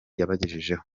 yabagejejeho